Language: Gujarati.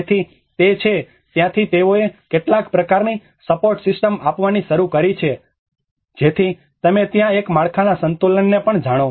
તેથી તે છે ત્યાંથી તેઓએ કેટલાક પ્રકારની સપોર્ટ સિસ્ટમ આપવાણી શરૂ કરી કે જેથી તમે ત્યાં એક માળખાના સંતુલનને પણ જાણો